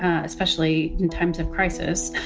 ah especially in times of crisis